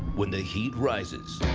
when the heat rises.